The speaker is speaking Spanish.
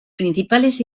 principales